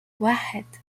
واحد